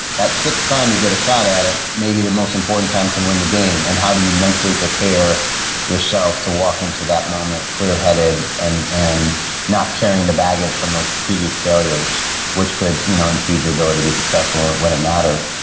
that sixth time you get a shot at it may be the most important time and can win the game. and how do you mentally prepare yourself to walk into that moment clear-headed and and not carrying the baggage from those previous failures which could you know impede your ability to be successful when it mattered?